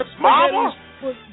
Mama